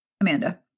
Amanda